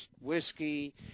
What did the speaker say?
whiskey